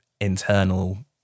internal